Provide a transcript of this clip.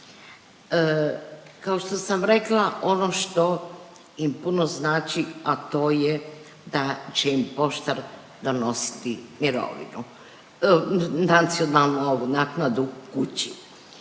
Kao što sam rekla ono što im puno znači, a to je da će im poštar donositi mirovinu, nacionalnu naknadu kući.